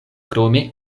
krome